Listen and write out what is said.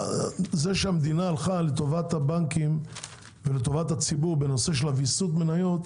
זה שהמדינה הלכה לטובת הבנקים ולטובת הציבור בנושא של ויסות המניות,